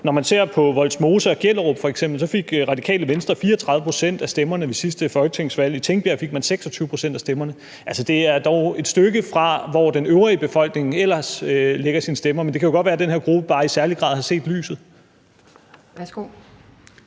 Når man ser på Vollsmose og Gellerupparken f.eks., fik Radikale Venstre 34 pct. af stemmerne ved sidste folketingsvalg. I Tingbjerg fik man 26 pct. af stemmerne. Altså, det er dog et stykke fra, hvor den øvrige befolkning ellers lægger sine stemmer, men det kan jo godt være, at den her gruppe bare i særlig grad har set lyset.